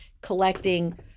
collecting